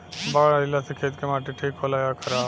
बाढ़ अईला से खेत के माटी ठीक होला या खराब?